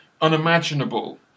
unimaginable